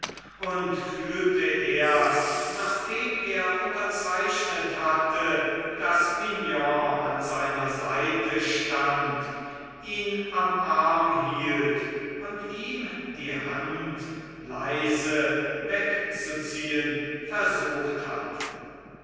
und fühlte erst nachdem er unterzeichnet hatte daß mignon an seiner seite stand ihn am arm hielt und ihm die hand leise wegzuziehen versucht hatte